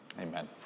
Amen